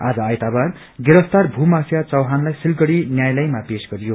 आज आइतबार गिरफ्तार भू माफिया चौहानलाई सिलगढी न्यायालयमा पेश गरियो